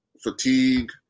Fatigue